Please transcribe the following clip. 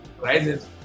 rises